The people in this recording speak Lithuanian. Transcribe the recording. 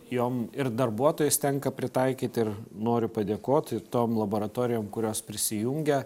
jom ir darbuotojus tenka pritaikyti ir noriu padėkoti tom laboratorijom kurios prisijungia